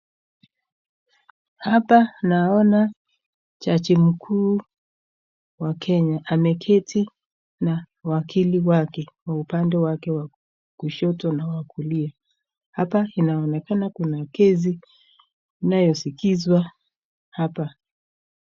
Hapa naona jaji mkuu wa Kenya, ameketi na wakili wake kwa upande wake wa kushoto na kulia. Hapa inaonekana kuna kesi inayoskizwa hapa.